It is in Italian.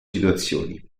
situazioni